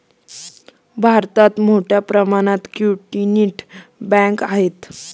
भारतात मोठ्या प्रमाणात कम्युनिटी बँका आहेत